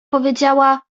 powiedziała